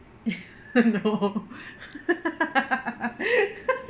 no